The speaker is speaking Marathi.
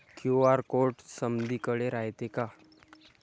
क्यू.आर कोड समदीकडे रायतो का?